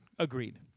Agreed